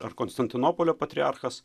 ar konstantinopolio patriarchas